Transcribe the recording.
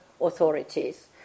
authorities